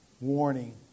warning